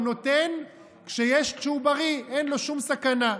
הוא נותן כשהוא בריא ואין לו שום סכנה.